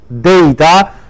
data